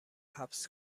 حبس